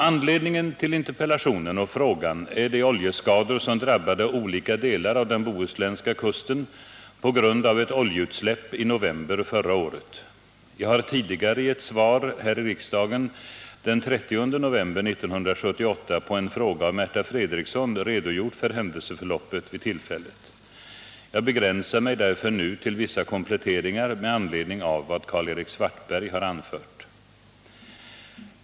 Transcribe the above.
Anledningen till interpellationen och frågan är de oljeskador som drabbade olika delar av den bohuslänska kusten på grund av ett oljeutsläpp i november förra året. Jag har tidigare i ett svar här i riksdagen den 30 november 1978 på en fråga av Märta Fredrikson redogjort för händelseförloppet vid tillfället. Jag begränsar mig därför nu till vissa kompletteringar med anledning av vad Karl Erik Svartberg har anfört.